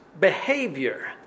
behavior